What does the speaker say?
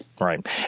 Right